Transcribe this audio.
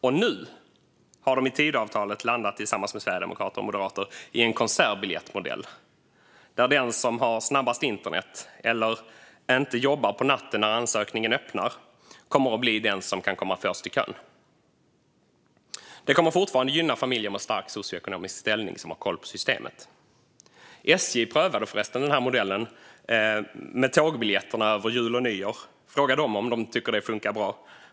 Och nu har de i Tidöavtalet tillsammans med sverigedemokrater och moderater landat i en konsertbiljettsmodell, där den som har snabbast internet eller den som inte jobbar på natten när ansökningen öppnar kommer att bli den som kan komma först i kön. Detta kommer fortfarande att gynna familjer med stark socioekonomisk ställning som har koll på systemet. SJ prövade förresten den här modellen med tågbiljetterna över jul och nyår. Fråga SJ om de tycker att det funkade bra!